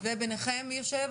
וביניכם מי יושב?